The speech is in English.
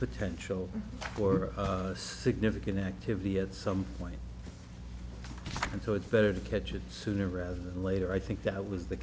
potential for significant activity at some point and so it's better to catch it sooner rather than later i think that